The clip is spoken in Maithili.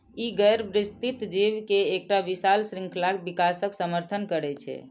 ई गैर विस्तृत जीव के एकटा विशाल शृंखलाक विकासक समर्थन करै छै